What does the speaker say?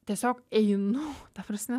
tiesiog einu ta prasme